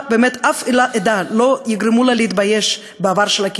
לשום עדה לא יגרמו להתבייש בעבר שלה,